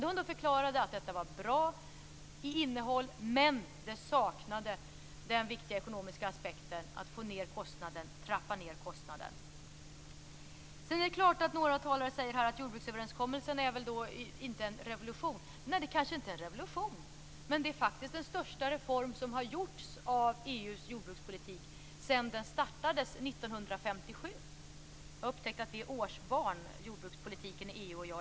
Hon förklarade att detta var bra i innehåll, men det saknade den viktiga ekonomiska aspekten att trappa ned kostnaden. Några talare säger att jordbruksöverenskommelsen inte är en revolution. Nej, det kanske inte är en revolution, men det är faktiskt den största reform som har gjorts av EU:s jordbrukspolitik sedan den startades 1957. Jag upptäckte att vi är årsbarn, jordbrukspolitiken i EU och jag.